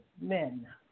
men